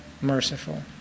merciful